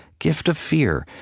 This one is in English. gift of fear.